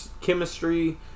chemistry